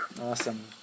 Awesome